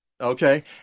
okay